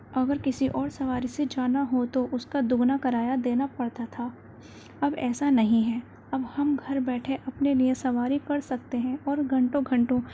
اگر کسی اور سواری سے جانا ہو تو اس کا دگنا کرایہ دینا پڑتا تھا اب ایسا نہیں ہے اب ہم گھر بیٹھے اپنے لئے سواری کر سکتے ہیں اور گھنٹوں گھنٹوں